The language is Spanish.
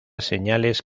señales